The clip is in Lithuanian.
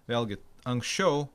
vėlgi anksčiau